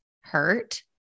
hurt